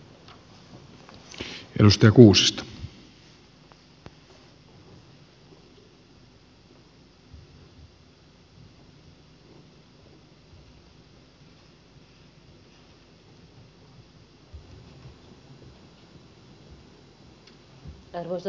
arvoisa puhemies